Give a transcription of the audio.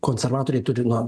konservatoriai turi na